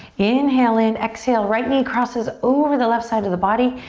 inhale in. exhale, right knee crosses over the left side of the body.